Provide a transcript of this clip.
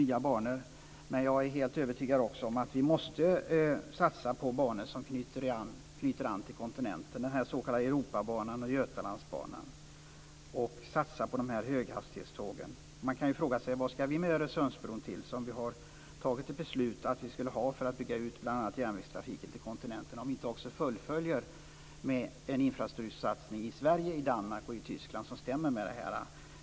Men jag är också helt övertygad om att vi måste satsa på banor som knyter an till kontinenten, dvs. den s.k. Europabanan och Götalandsbanan. Vi måste satsa på höghastighetståg. Vi har ju tagit ett beslut om att vi skulle ha Öresundsbron för att bl.a. bygga ut järnvägstrafiken till kontinenten. Man kan ju fråga sig vad vi skall ha den till om vi inte också fullföljer med en infrastruktursatsning i Sverige, Danmark och Tyskland som stämmer med detta.